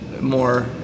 more